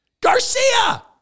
Garcia